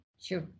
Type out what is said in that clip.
Sure